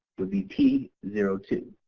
would be p zero two.